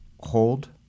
hold